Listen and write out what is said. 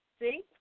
See